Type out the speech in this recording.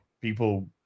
people